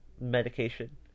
medication